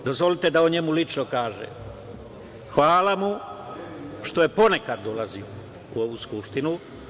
Dozvolite da o njemu lično kažem, hvala mu što je ponekad dolazi u ovu Skupštinu.